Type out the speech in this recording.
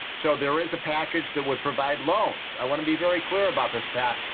so there is a package that would provide loans. i want to be very clear about this, pat.